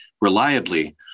reliably